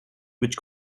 which